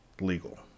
legal